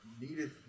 needed